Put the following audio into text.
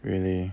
really